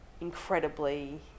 incredibly